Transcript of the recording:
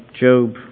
Job